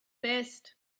best